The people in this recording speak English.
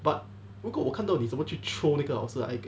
but 如果我看到你怎么去 troll 那个老师 ah eh